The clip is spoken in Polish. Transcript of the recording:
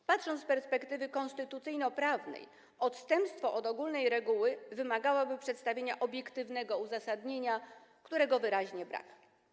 Gdyby spojrzeć na to z perspektywy konstytucyjnoprawnej, odstępstwo od ogólnej reguły wymagałoby przedstawienia obiektywnego uzasadnienia, którego wyraźnie brak.